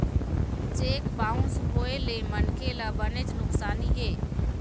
cheque bounce होए ले मनखे ल बनेच नुकसानी हे